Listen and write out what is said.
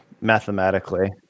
mathematically